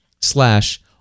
slash